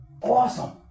Awesome